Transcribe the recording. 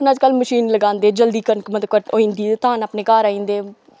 हून अजकल्ल मशीन लगांदे जल्दी कनक मतलब कट् होई जंदी ते धान अपने घर आई जंदे